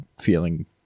feeling